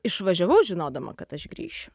išvažiavau žinodama kad aš grįšiu